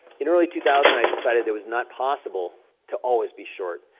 in early two thousand, i decided it was not possible to always be short,